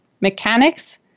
mechanics